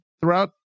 throughout